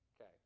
Okay